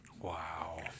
Wow